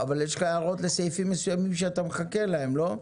אבל יש לך הערות לסעיפים מסוימים שאתה מחכה לבם לא?